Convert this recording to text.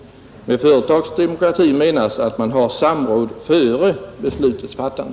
Med företagsdemokrati menas att man har samråd före beslutets fattande.